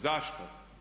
Zašto?